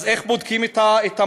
אז איך בודקים את המנוף?